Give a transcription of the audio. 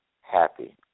happy